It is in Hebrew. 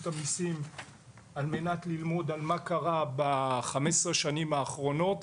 המיסים על מנת ללמוד על מה קרה ב-15 שנים האחרונות.